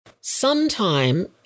Sometime